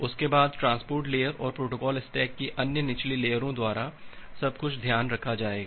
उसके बाद transport layer और प्रोटोकॉल स्टैक की अन्य निचली लायेरों द्वारा सब कुछ ध्यान रखा जाएगा